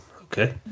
Okay